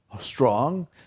strong